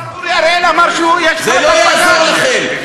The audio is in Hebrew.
השר אורי אריאל אמר שהוא, זה לא יעזור לכם.